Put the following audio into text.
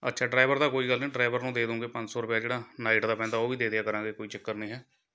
ਅੱਛਾ ਡਰਾਈਵਰ ਦਾ ਕੋਈ ਗੱਲ ਨਹੀਂ ਡਰਾਈਵਰ ਨੂੰ ਦੇ ਦੂਗੇ ਪੰਜ ਸੌ ਰੁਪਇਆ ਜਿਹੜਾ ਨਾਈਟ ਦਾ ਪੈਂਦਾ ਉਹ ਵੀ ਦੇ ਦਿਆ ਕਰਾਂਗੇ ਕੋਈ ਚੱਕਰ ਨਹੀਂ ਹੈ